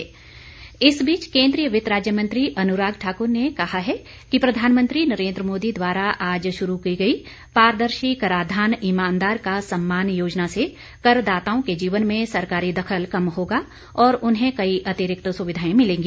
अनुराग ठाकुर इस बीच केन्द्रीय वित्त राज्य मंत्री अनुराग ठाकुर ने कहा है कि प्रधानमंत्री नरेन्द्र मोदी द्वारा आज शुरू की गई पारदर्शी कराधान ईमानदार का सम्मान योजना से करदाताओं के जीवन में सरकारी दखल कम होगा और उन्हें कई अतिरिक्त सुविधाएं मिलेंगी